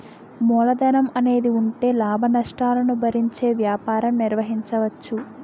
మూలధనం అనేది ఉంటే లాభనష్టాలను భరించే వ్యాపారం నిర్వహించవచ్చు